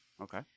Okay